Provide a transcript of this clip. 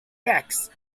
bags